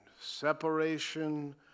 separation